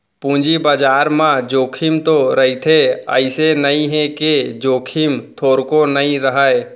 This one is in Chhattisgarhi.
पूंजी बजार म जोखिम तो रहिथे अइसे नइ हे के जोखिम थोरको नइ रहय